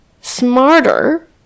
smarter